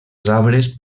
sabres